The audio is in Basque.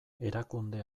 erakunde